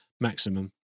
maximum